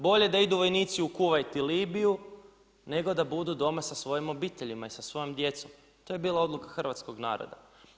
Bolje da idu vojnici u Kuvajt u Libiju, nego da budu doma sa svojim obiteljima i sa svojom djecom, to je bila odluka hrvatskog naroda.